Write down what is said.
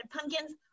pumpkins